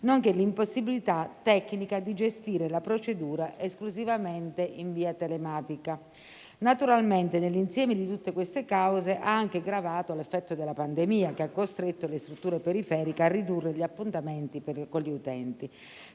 nonché l'impossibilità tecnica di gestire la procedura esclusivamente in via telematica. Naturalmente, sull'insieme di tutte queste cause, ha anche gravato l'effetto della pandemia, che ha costretto le strutture periferiche a ridurre gli appuntamenti con gli utenti.